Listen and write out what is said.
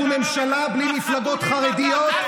אנחנו ממשלה בלי מפלגות חרדיות,